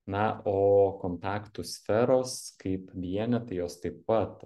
na o kontaktų sferos kaip vienetai jos taip pat